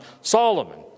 Solomon